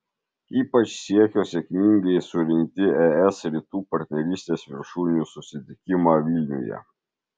ypač siekio sėkmingai surengti es rytų partnerystės viršūnių susitikimą vilniuje